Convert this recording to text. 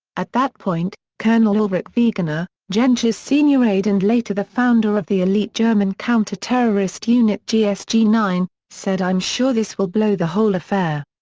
at that point, colonel ulrich wegener, genscher's senior aide and later the founder of the elite german counter-terrorist unit gsg nine, said i'm sure this will blow the whole affair.